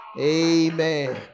Amen